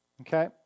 okay